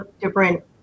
different